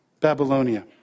Babylonia